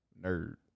nerd